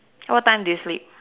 what time do you sleep